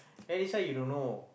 then this one you don't know